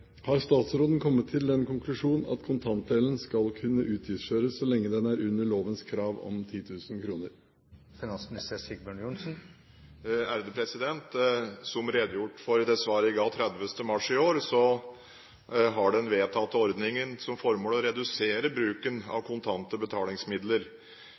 Har statsråden kommet til den konklusjon at kontantdelen skal kunne utgiftsføres så lenge den er under lovens krav om 10 000 kr?» Som redegjort for i det svaret jeg ga 30. mars i år, har den vedtatte ordningen som formål å redusere bruken